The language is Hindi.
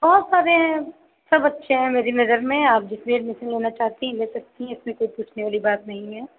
बहुत सारे हैं सब अच्छे हैं मेरी नज़र में आप जिसमें एडमिशन लेना चाहती हैं ले सकती है इसमे कोई पूछने वाली बात नहीं है